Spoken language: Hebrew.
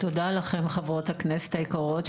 תודה לכן חברות הכנסת היקרות,